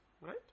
Right